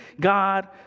God